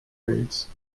raids